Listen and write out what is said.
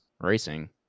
racing